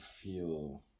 feel